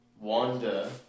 Wanda